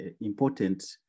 important